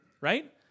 Right